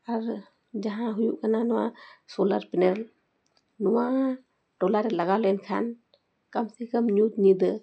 ᱟᱨ ᱡᱟᱦᱟᱸ ᱦᱩᱭᱩᱜ ᱠᱟᱱᱟ ᱱᱚᱣᱟ ᱥᱳᱞᱟᱨ ᱯᱮᱱᱮᱞ ᱱᱚᱣᱟ ᱴᱚᱞᱟ ᱨᱮ ᱞᱟᱜᱟᱣ ᱞᱮᱱᱠᱷᱟᱱ ᱠᱟᱢ ᱥᱮ ᱠᱟᱢ ᱧᱩᱛ ᱧᱤᱫᱟᱹ